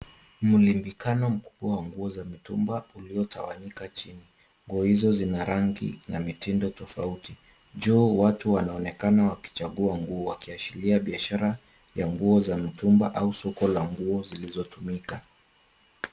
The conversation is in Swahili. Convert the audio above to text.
Mrundikano mkubwa wa nguo za mitumba uliotawanyika chini, nguo hizo zina rangi na mitindo tofauti. Juu watu wanaonekana wakichagua nguo, wakiashiria biashara ya nguo za mitumba au soko la nguo zilizotumika.